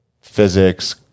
Physics